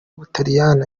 butaliyani